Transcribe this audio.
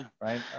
right